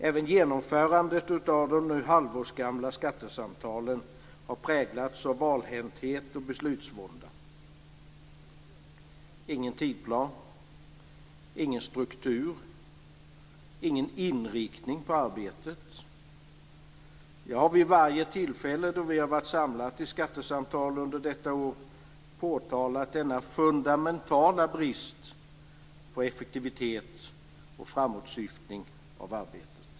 Även genomförandet av de nu halvårsgamla skattesamtalen har präglats av valhänthet och beslutsvånda. Det finns ingen tidsplan, ingen struktur, ingen inriktning på arbetet. Jag har vid varje tillfälle då vi varit samlade till skattesamtal under detta år påtalat denna fundamentala brist på effektivitet och framåtsyftning av arbetet.